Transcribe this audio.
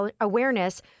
awareness